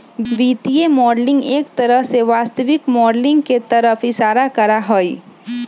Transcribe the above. वित्तीय मॉडलिंग एक तरह से वास्तविक माडलिंग के तरफ इशारा करा हई